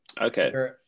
Okay